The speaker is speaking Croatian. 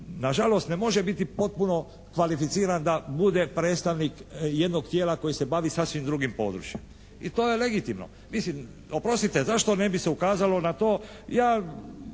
nažalost ne može biti potpuno kvalificiran da bude predstavnik jednog tijela koje se bavi sasvim drugim područjem. I to je legitimno. Mislim, oprostite, zašto ne bi se ukazalo na to?